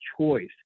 choice